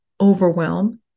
Overwhelm